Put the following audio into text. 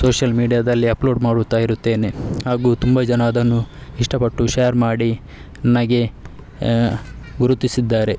social ಮೀಡ್ಯಾದಲ್ಲಿ upload ಮಾಡುತ್ತಾ ಇರುತ್ತೇನೆ ಹಾಗೂ ತುಂಬ ಜನ ಅದನ್ನು ಇಷ್ಟಪಟ್ಟು ಶೇರ್ ಮಾಡಿ ನನಗೆ ಗುರುತಿಸಿದ್ದಾರೆ